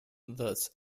thus